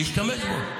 להשתמש בו.